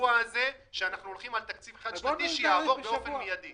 בשבוע הזה שאנחנו הולכים על תקציב חד-שנתי שיעבור באופן מידי.